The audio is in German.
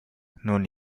nun